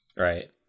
Right